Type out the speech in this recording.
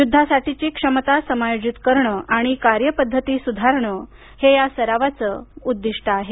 युद्धासाठीची क्षमता समायोजित करणं आणि कार्य पद्धती सुधारणं हे या सरावाचं उद्दिष्ट आहे